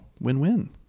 Win-win